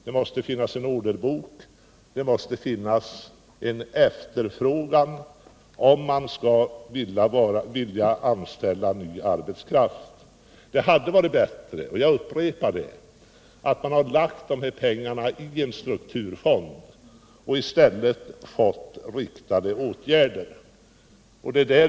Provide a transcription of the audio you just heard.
Det måste finnas en orderbok, det måste finnas en efterfrågan för att man skall vilja anställa ny arbetskraft. Det hade varit bättre — jag upprepar det — om man hade lagt dessa pengar i en strukturfond och i stället vidtagit riktade åtgärder.